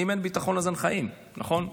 אם אין ביטחון אז אין חיים, נכון?